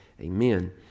Amen